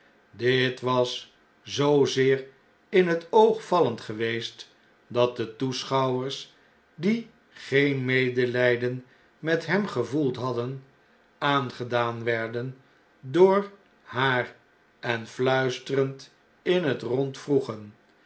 dit was zoozeer in het oog vallend geweest dat de toeschouwers die geen medelijden met hem gevoeld hadden aangedaan werden door haar en fluisterend in het rond vroegen